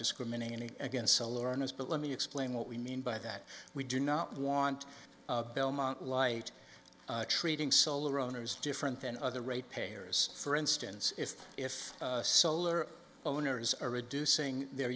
discriminating against so lauren is but let me explain what we mean by that we do not want belmont lite treating solar owners different than other rate payers for instance if if solar owners are reducing their